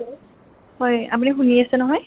হয় আপুনি শুনি আছে নহয়